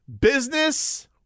Business